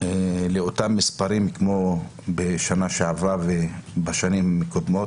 לאותם מספרים כמו בשנה שעברה ובשנים הקודמות.